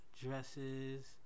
dresses